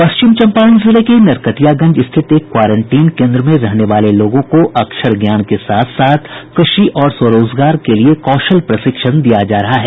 पश्चिम चम्पारण जिले के नरकटियागंज स्थित एक क्वारेंटीन केन्द्र में रहने वाले लोगों को अक्षर ज्ञान के साथ साथ कृषि और स्वरोजगार के लिए कौशल प्रशिक्षण दिया जा रहा है